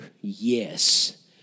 yes